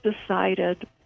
decided